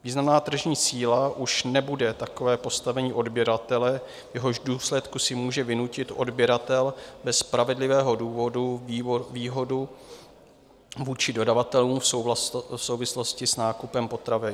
Významná tržní síla už nebude takové postavení odběratele, v jehož důsledku si může vynutit odběratel bez spravedlivého důvodu výhodu vůči dodavatelům v souvislosti s nákupem potravin.